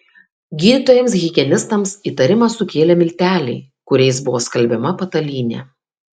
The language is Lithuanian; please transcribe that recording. gydytojams higienistams įtarimą sukėlė milteliai kuriais buvo skalbiama patalynė